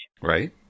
Right